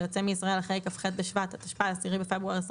היוצא מישראל אחרי כ"ח בשבט התשפ"א (10 בפברואר 2021)